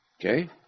Okay